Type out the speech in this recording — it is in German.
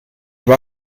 war